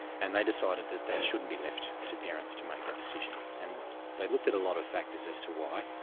and they decided that that shouldn't be left to parents to make that decision. and they looked at a lot of factors as to why,